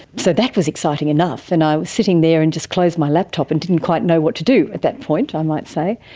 so that was exciting enough and i was sitting there and just closed my laptop and didn't quite know what to do at that point, i might say.